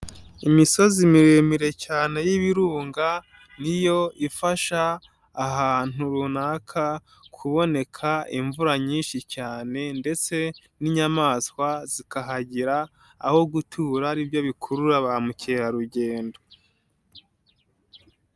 Imisozi miremire cyane y'ibirunga, niyo ifasha ahantu runaka kuboneka imvura nyinshi cyane ndetse n'inyamaswa zikahagira aho gutura, ari byo bikurura ba mukerarugendo.